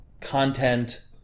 content